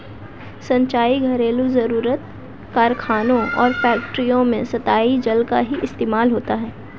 सिंचाई, घरेलु जरुरत, कारखानों और फैक्ट्रियों में सतही जल का ही इस्तेमाल होता है